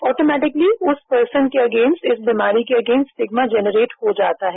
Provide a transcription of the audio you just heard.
automatically उस person के against उस बीमारी के अगेन्स्ट स्टिग्मा जेनरेट हो जाता है